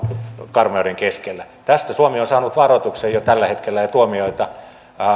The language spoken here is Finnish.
karmeuden keskelle tästä suomi on jo tällä hetkellä saanut varoituksen ja tuomioita